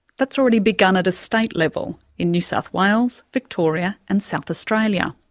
that's already begun at a state level in new south wales, victoria and south australia.